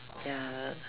ya